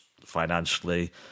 financially